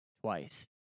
twice